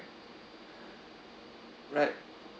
right